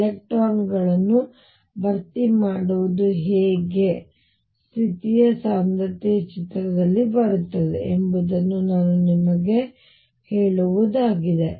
electron ಗಳನ್ನು ಭರ್ತಿ ಮಾಡುವುದು ಹೇಗೆ ಸ್ಥಿತಿಯ ಸಾಂದ್ರತೆಯು ಚಿತ್ರದಲ್ಲಿ ಬರುತ್ತದೆ ಎಂಬುದನ್ನು ಇದು ನಿಮಗೆ ಹೇಳುವುದಾಗಿದೆ